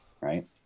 right